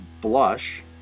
blush